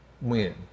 win